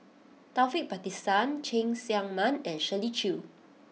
Taufik Batisah Cheng Tsang Man and Shirley Chew